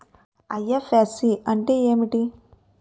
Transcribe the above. IFSC అంటే ఏమిటి?